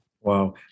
Wow